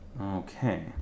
okay